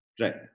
right